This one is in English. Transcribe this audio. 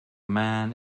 man